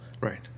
Right